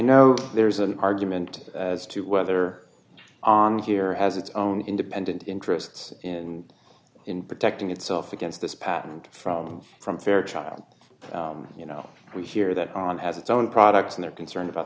know there's an argument as to whether on here has its own independent interests and in protecting itself against this patent from from fair trial you know we hear that on has its own products and they're concerned about